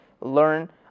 learn